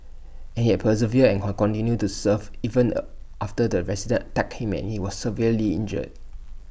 and he has persevered and her continued to serve even A after the resident attacked him and he was severely injured